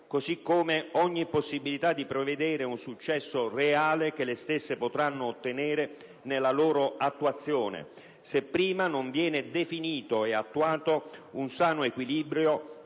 così come ogni possibilità di prevedere un successo reale che le stesse potranno ottenere nella loro attuazione, se prima non viene definito e attuato un sano equilibrio